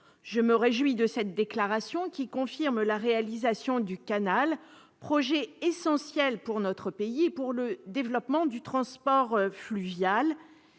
Je me réjouis de cette déclaration, qui confirme la réalisation du canal, projet essentiel pour notre pays et pour le développement du transport fluvial.